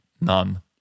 None